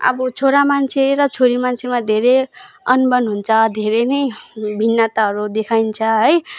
अब छोरा मान्छे र छोरी मान्छेमा धेरै अनबन हुन्छ धेरै नै भिन्नताहरू देखाइन्छ है